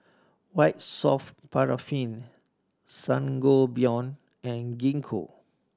White Soft Paraffin Sangobion and Gingko